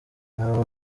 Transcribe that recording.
abo